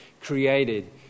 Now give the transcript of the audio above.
created